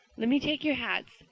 let me take your hats.